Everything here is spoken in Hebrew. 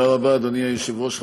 תודה רבה, אדוני היושב-ראש.